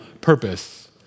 purpose